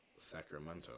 Sacramento